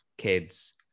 Kids